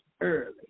early